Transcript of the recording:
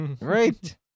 Right